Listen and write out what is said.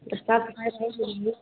तो साफ सफाई सही से कीजिए